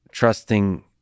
trusting